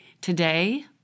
today